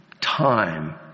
Time